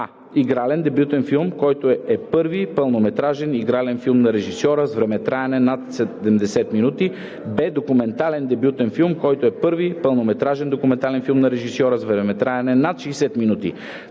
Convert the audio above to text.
а) „игрален дебютен филм“, който е първи пълнометражен игрален филм на режисьора с времетраене над 70 минути; б) „документален дебютен филм“, който е първи пълнометражен документален филм на режисьора с времетраене над 60 минути;